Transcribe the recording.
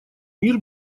мир